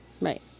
Right